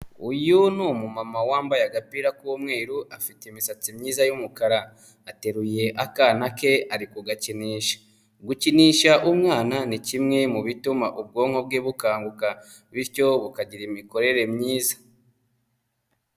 Uyu ni umumama wambaye agapira k'umweru afite imisatsi myiza y'umukara, ateruye akana ke ari kugakinisha, gukinisha umwana ni kimwe mu bituma ubwonko bwe bukanguka bityo bukagira imikorere myiza.